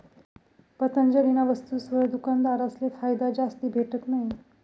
पतंजलीना वस्तुसवर दुकानदारसले फायदा जास्ती भेटत नयी